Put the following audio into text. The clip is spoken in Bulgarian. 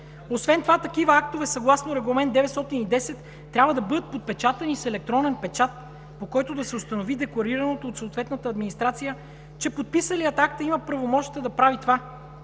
Освен това такива актове и съгласно Регламент 910 трябва да бъдат подпечатани с електронен печат, по който да се установи декларираното от съответната администрация, че подписалият акта има правомощията да прави това.